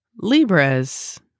Libras